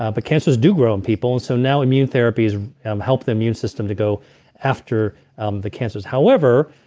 um but cancers do grow in people, and so now immune therapies help the immune system to go after um the cancers. however,